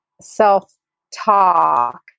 self-talk